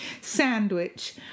sandwich